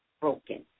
broken